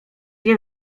nie